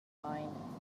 mind